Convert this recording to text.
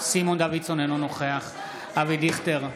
אינו נוכח אבי דיכטר,